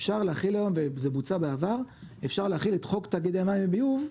אפשר להחיל היום את חוק תאגידי המים וביוב,